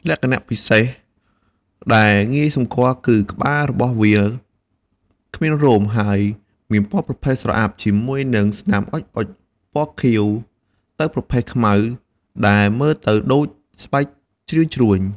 លក្ខណៈពិសេសដែលងាយសម្គាល់គឺ ក្បាលរបស់វាគ្មានរោម ហើយមានពណ៌ប្រផេះស្រអាប់ ជាមួយនឹងស្នាមអុចៗពណ៌ខៀវទៅប្រផេះខ្មៅ ដែលមើលទៅដូចស្បែកជ្រីវជ្រួញ។